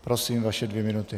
Prosím, vaše dvě minuty.